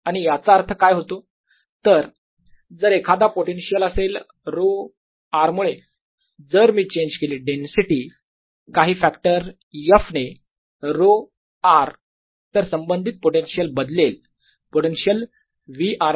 आणि याचा अर्थ काय होतं तर जर एखादा पोटेन्शियल असेल ρ r मुळे जर मी चेंज केली डेन्सिटी काही फॅक्टर f ने ρ r तर संबंधित पोटेन्शियल बदलेल पोटेन्शियल V r